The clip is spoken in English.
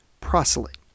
proselyte